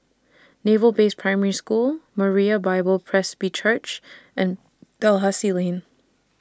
Naval Base Primary School Moriah Bible Presby Church and Dalhousie Lane